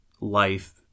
life